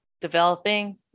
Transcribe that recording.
developing